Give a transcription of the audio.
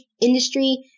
industry